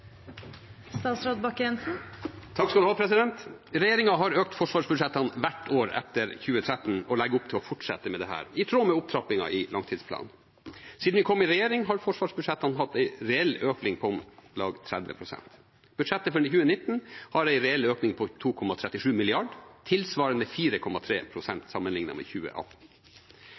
har økt forsvarsbudsjettene hvert år etter 2013 og legger opp til å fortsette med dette, i tråd med opptrappingen i langtidsplanen. Siden vi kom i regjering, har forsvarsbudsjettene hatt en reell økning på om lag 30 pst. Budsjettet for 2019 har en reell økning på 2,37 mrd. kr, tilsvarende 4,3 pst. sammenlignet med 2018.